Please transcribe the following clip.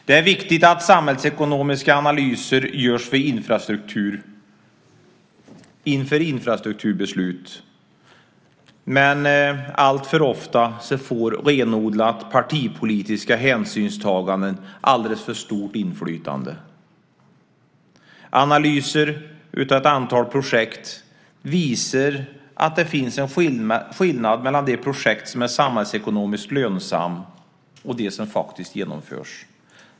Det är viktigt att samhällsekonomiska analyser görs inför infrastrukturbeslut, men alltför ofta får renodlat partipolitiska hänsynstaganden alldeles för stort inflytande. Analyser av ett antal projekt visar att det finns en skillnad mellan de projekt som är samhällsekonomiskt lönsamma och de som faktiskt genomförs.